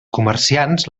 comerciants